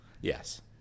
Yes